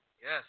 Yes